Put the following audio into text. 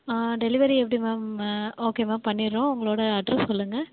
delivery எப்படி ma'am okay ma'am பண்ணிடுறோம் உங்களோடய அட்ரஸ் சொல்லுங்கள்